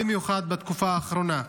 במיוחד בתקופה האחרונה,